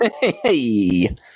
hey